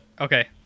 Okay